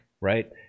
right